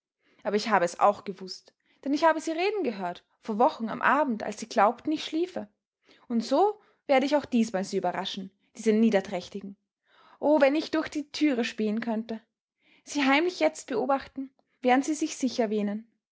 aber ich habe es auch gewußt denn ich habe sie reden gehört vor wochen am abend als sie glaubten ich schliefe und so werde ich auch diesmal sie überraschen diese niederträchtigen oh wenn ich durch die türe spähen könnte sie heimlich jetzt beobachten während sie sich sicher wähnen